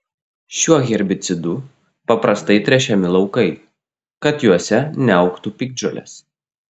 šiuo herbicidu paprastai tręšiami laukai kad juose neaugtų piktžolės